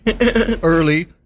early